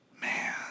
Man